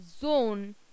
zone